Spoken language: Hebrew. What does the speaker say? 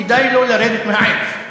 כדאי לו לרדת מהעץ.